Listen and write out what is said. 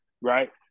Right